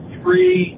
three